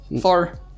four